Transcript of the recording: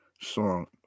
song